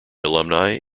alumni